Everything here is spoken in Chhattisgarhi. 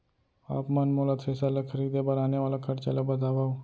आप मन मोला थ्रेसर ल खरीदे बर आने वाला खरचा ल बतावव?